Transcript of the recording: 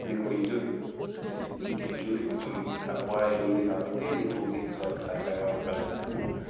మీకు ఇంజూరి వెరేది మీకు ఇంజూరీ కొంచెం తక్కువ అయ్యి ఉంది కాబట్టి మీరు టూ వీక్స్ వరకు సర్వైవ్ అవ్వగలిగారు